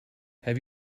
have